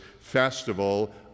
Festival